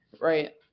right